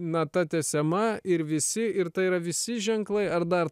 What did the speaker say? nata tęsiama ir visi ir tai yra visi ženklai ar dar